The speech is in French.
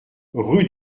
rue